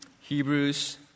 Hebrews